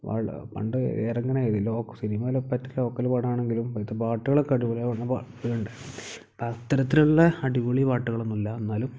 പണ്ട് ഇറങ്ങുനതിൽ സിനിമ പറ്റി ലോക്കല് പടണെങ്കിലും അതിലത്തെ പാട്ടുകളൊക്കെ അടിപൊളി ഉണ്ട് അപ്പം അത്തരത്തിലുള്ള അടിപൊളി പാട്ടുകളൊന്നുമില്ല എന്നാലും